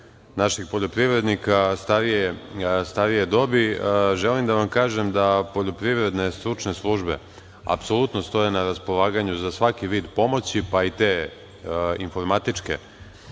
naših poljoprivrednika starije dobi. Želim da vam kažem da poljoprivredne stručne službe apsolutno stoje na raspolaganju za svaki vid pomoći pa i te informatičke